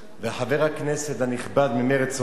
וחבר הכנסת הנכבד ממרצ אומר: